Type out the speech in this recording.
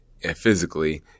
physically